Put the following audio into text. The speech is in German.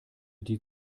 die